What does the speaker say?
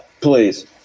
please